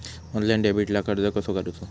Online डेबिटला अर्ज कसो करूचो?